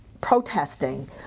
protesting